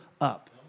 up